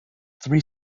three